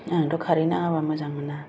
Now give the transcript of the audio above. आंथ' खारै नाङाबा मोजां मोना